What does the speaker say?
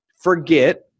forget